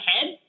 head